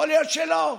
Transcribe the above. יכול להיות שלא,